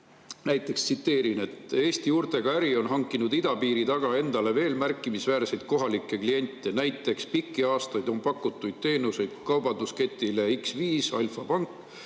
Tsiteerin veel: "Eesti juurtega äri on hankinud idapiiri taga endale veel märkimisväärseid kohalikke kliente. Näiteks pikki aastaid on pakutud teenuseid kaubandusketile X5 ja Alfa Bankile,